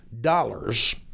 dollars